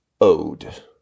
ode